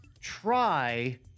Try